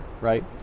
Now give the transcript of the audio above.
right